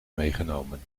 meegenomen